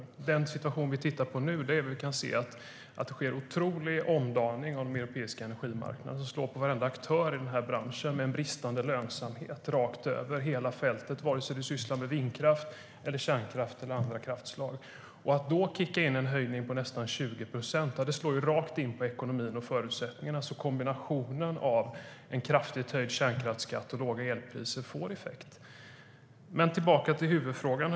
I dagens situation kan vi se en otrolig omdaning av den europeiska energimarknaden, vilket slår mot varenda aktör i branschen med bristande lönsamhet. Det slår över hela fältet, antingen det handlar om vindkraft, kärnkraft eller andra kraftslag. Att då kicka in en höjning på nästan 20 procent slår rakt mot ekonomin och förutsättningarna. Kombinationen av en kraftigt höjd kärnkraftsskatt och låga elpriser får alltså effekt. Men låt oss gå tillbaka till huvudfrågan.